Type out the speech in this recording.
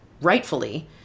rightfully